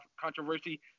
controversy